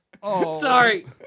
Sorry